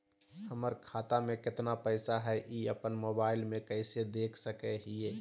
हमर खाता में केतना पैसा हई, ई अपन मोबाईल में कैसे देख सके हियई?